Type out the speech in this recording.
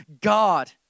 God